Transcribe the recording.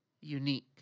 unique